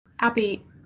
Abby